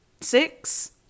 Six